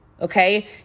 okay